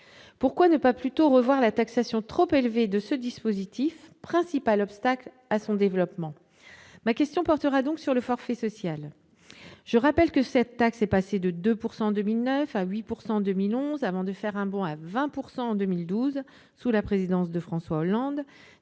Pourquoi ne pas plutôt revoir la taxation trop élevée de ce dispositif, principal obstacle à son développement ? Ma question portera donc sur le forfait social. Je rappelle que cette taxe est passée de 2 % en 2009 à 8 % en 2011, avant de faire un bond à 20 % en 2012, sous la présidence de François Hollande,